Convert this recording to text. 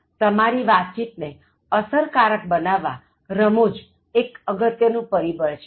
તમારી વાતચીત ને અસરકારક બનાવવા રમૂજ એક અગત્ય નું પરિબળ છે